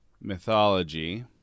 mythology